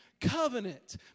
Covenant